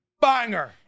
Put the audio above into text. banger